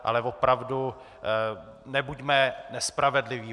Ale opravdu, nebuďme nespravedliví.